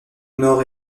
nord